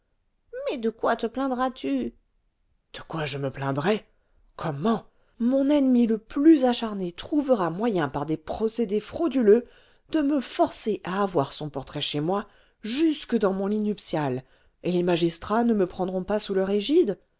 mais de quoi te plaindras tu de quoi je me plaindrai comment mon ennemi le plus acharné trouvera moyen par des procédés frauduleux de me forcer à avoir son portrait chez moi jusque dans mon lit nuptial et les magistrats ne me prendront pas sous leur égide